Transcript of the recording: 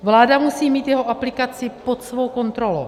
Vláda musí mít jeho aplikaci pod svou kontrolou.